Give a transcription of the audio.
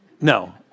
No